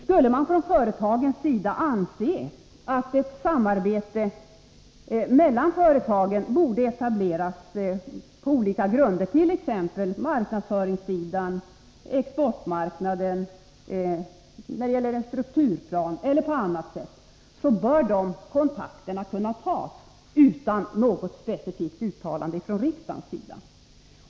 Skulle man från företagens sida anse att ett samarbete mellan företagen borde etableras — t.ex. beträffande marknadsföringssidan, exportmarknaden, en strukturplan — bör de kontakterna kunna tas utan något specifikt uttalande från riksdagens sida.